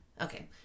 Okay